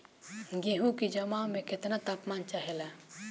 गेहू की जमाव में केतना तापमान चाहेला?